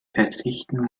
verzichten